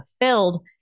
fulfilled